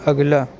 اگلا